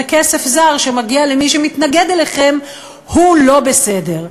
וכסף זר שמגיע למי שמתנגד אליכם הוא לא בסדר.